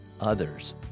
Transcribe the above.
others